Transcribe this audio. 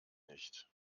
nicht